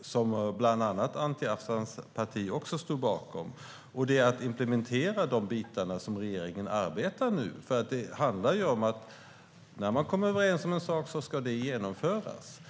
som bland annat Anti Avsans parti stod bakom. Regeringen arbetar nu med att implementera detta, för när man kommer överens om något ska det genomföras.